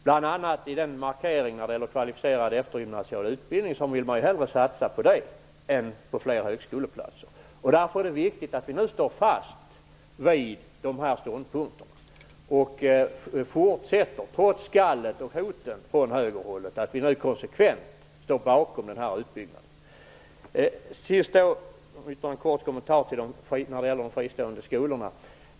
Bl.a. markerar man att man hellre vill satsa på eftergymnasial kvalificerad utbildning än på flera högskoleplatser. Därför är det viktigt att vi nu står fast vid våra ståndpunkter. Trots skallet och hoten från högerhållet, är det viktigt att vi konsekvent står fast vid förslaget om utbyggnad. Slutligen vill jag göra en kort kommentar om de fristående skolorna.